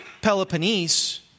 Peloponnese